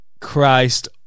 Christ